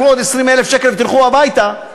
קחו עוד 20,000 שקל ותלכו הביתה.